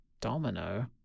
Domino